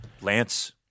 Lance